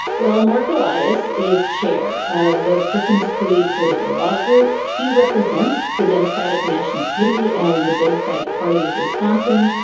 well, mark elias is chair of the perkins chui political log group. he represents the democratic national committee and the democratic party of wisconsin.